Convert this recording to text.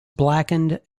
blackened